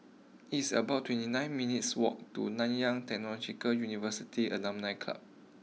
it's about twenty nine minutes' walk to Nanyang Technological University Alumni Club